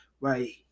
right